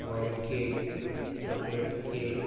white cake chocolate cake